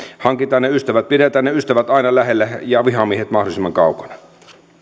pidetään ne ystävät aina lähellä ja vihamiehet mahdollisimman kaukana